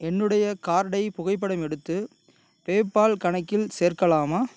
என்னுடைய கார்டை புகைப்படம் எடுத்து பேபால் கணக்கில் சேர்க்கலாமா